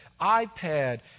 iPad